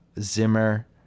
Zimmer